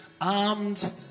armed